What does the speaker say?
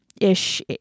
ish